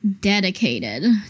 dedicated